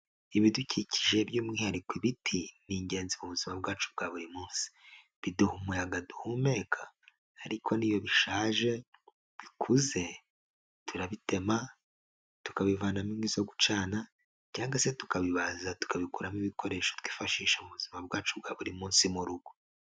Ibidukikije by'umwihariko ibiti, ni ingenzi mu buzima bwacu bwa buri munsi, biduha umuyaga duhumeka ariko n'iyo bishaje bikuze turabitema tukabivanamo inkwi zo gucana cyangwa se tukabibaza tukabikuramo ibikoresho twifashisha mu buzima bwacu bwa buri munsi mu rugo.